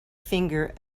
finger